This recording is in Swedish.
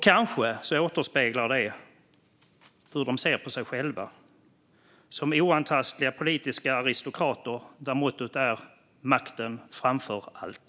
Kanske återspeglar det hur de ser på sig själva - som oantastliga politiska aristokrater där mottot är makten framför allt.